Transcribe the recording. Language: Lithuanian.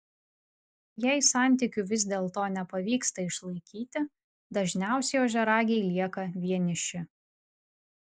jei santykių vis dėlto nepavyksta išlaikyti dažniausiai ožiaragiai lieka vieniši